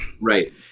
right